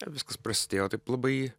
viskas prasidėjo taip labai